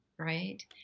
right